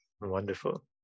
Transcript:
Wonderful